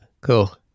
Cool